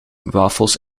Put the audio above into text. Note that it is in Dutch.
wafels